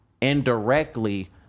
indirectly